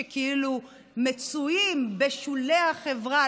שכאילו מצויים בשולי החברה,